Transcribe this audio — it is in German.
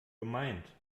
gemeint